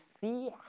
see